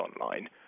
online